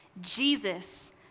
Jesus